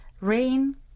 rain